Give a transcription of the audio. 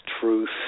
truth